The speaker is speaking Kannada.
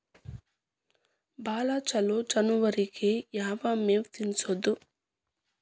ಭಾಳ ಛಲೋ ಜಾನುವಾರಕ್ ಯಾವ್ ಮೇವ್ ತಿನ್ನಸೋದು?